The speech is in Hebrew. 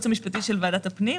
12,